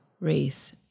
race